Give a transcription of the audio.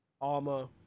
Armor